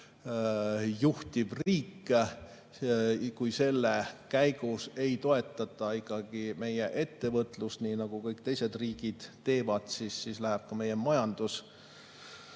juhtiv riik, kui selle juures ei toetata ikkagi meie ettevõtlust, nii nagu kõik teised riigid teevad, siis läheb ka meie majandus